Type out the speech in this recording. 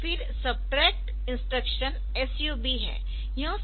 फिर subtract instruction SUB है